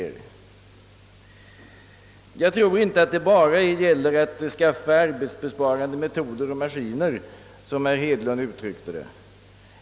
Jag tror inte att det bara gäller att införa arbetsbesparande metoder och maskiner — som herr Hedlund uttryckte det.